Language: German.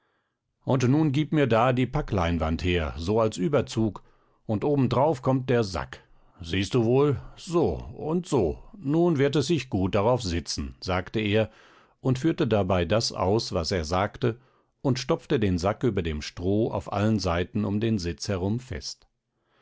und nun gib mir da die packleinwand her so als überzug und obendrauf kommt der sack siehst du wohl so und so nun wird es sich gut darauf sitzen sagte er und führte dabei das aus was er sagte und stopfte den sack über dem stroh auf allen seiten um den sitz herum fest